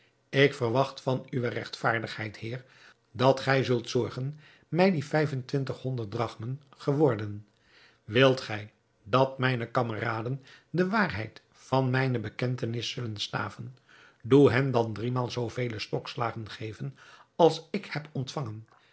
ik verwacht van uwe regtvaardigheid heer dat gij zult zorgen mij die vijf en twintig honderd drachmen geworden wilt gij dat mijne kameraden de waarheid van mijne bekentenis zullen staven doe hen dan driemaal zoovele stokslagen geven als ik heb ontvangen